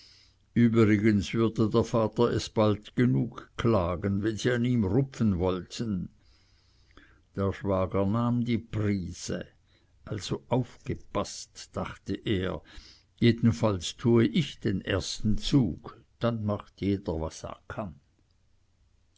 übrigens würde der vater es bald genug klagen wenn sie an ihm rupfen wollten der schwager nahm die prise also aufgepaßt dachte er jedenfalls tue ich den ersten zug dann macht jeder was er kann